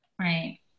Right